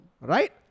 right